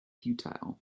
futile